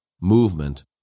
movement